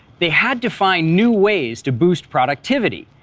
they had to find new ways to boost productivity.